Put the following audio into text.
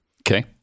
Okay